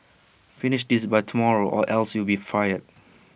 finish this by tomorrow or else you'll be fired